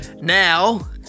now